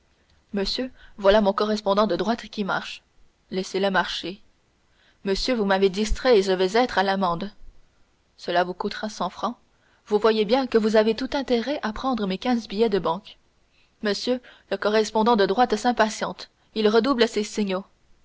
monsieur voilà mon correspondant de droite qui marche laissez-le marcher monsieur vous m'avez distrait et je vais être à l'amende cela vous coûtera cent francs vous voyez bien que vous avez tout intérêt à prendre mes quinze billets de banque monsieur le correspondant de droite s'impatiente il redouble ses signaux